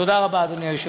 תודה רבה, אדוני היושב-ראש.